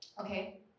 okay